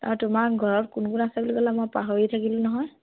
অঁ তোমাৰ ঘৰত কোন কোন আছে বুলি ক'লা মই পাহৰি থাকিলোঁ নহয়